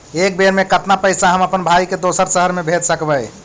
एक बेर मे कतना पैसा हम अपन भाइ के दोसर शहर मे भेज सकबै?